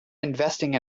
investing